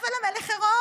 אבל המלך עירום.